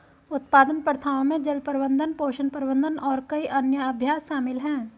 उत्पादन प्रथाओं में जल प्रबंधन, पोषण प्रबंधन और कई अन्य अभ्यास शामिल हैं